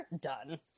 Done